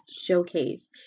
Showcase